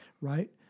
right